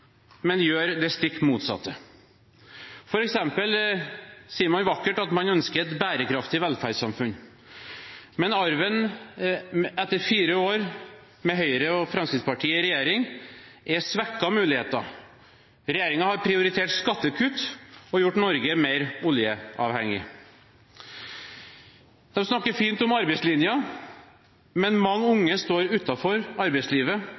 men gjør det stikk motsatte. For eksempel sier man vakkert at man ønsker et bærekraftig velferdssamfunn, men arven etter fire år med Høyre og Fremskrittspartiet i regjering er svekkede muligheter. Regjeringen har prioritert skattekutt og gjort Norge mer oljeavhengig. De snakker fint om arbeidslinjen, men mange unge står utenfor arbeidslivet,